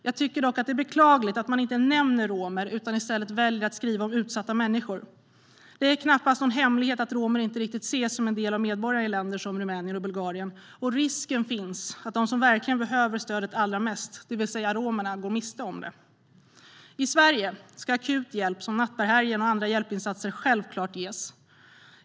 Jag tycker dock att det är beklagligt att man inte nämner romer utan i stället väljer att skriva om utsatta människor. Det är knappast någon hemlighet att romer inte riktigt ses som en del av medborgarna i länder som Rumänien och Bulgarien, och risken finns att de som verkligen behöver stödet allra mest, det vill säga romerna, går miste om det. I Sverige ska akut hjälp som natthärbärgen och andra hjälpinsatser självklart ges.